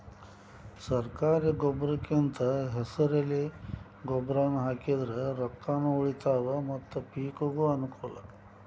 ಸರ್ಕಾರಿ ಗೊಬ್ರಕಿಂದ ಹೆಸರೆಲೆ ಗೊಬ್ರಾನಾ ಹಾಕಿದ್ರ ರೊಕ್ಕಾನು ಉಳಿತಾವ ಮತ್ತ ಪಿಕಿಗೂ ಅನ್ನಕೂಲ